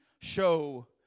show